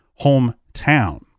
hometown